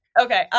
Okay